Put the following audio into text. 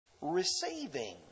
receiving